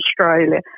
Australia